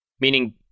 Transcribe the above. Meaning